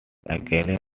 acclaim